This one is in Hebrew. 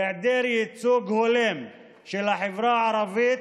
היעדר ייצוג הולם של החברה הערבית